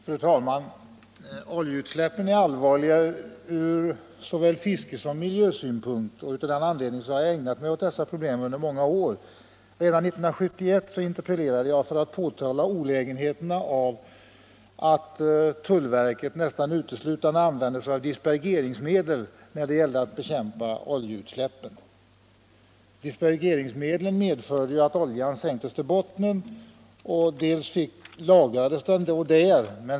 Fru talman! Oljeutsläppen är allvarliga ur såväl fiskesom miljösynpunkt. Av den anledningen har jag ägnat uppmärksamhet åt dessa problem under många år. Redan 1971 interpellerade jag för att påtala olägenheterna av att tullverket nästan uteslutande använde sig av dispergeringsmedel när det gällde att bekämpa oljeutsläppen. Dispergeringsmedlen medförde att olja sänktes och lagrades på bottnen.